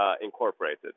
Incorporated